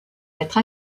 être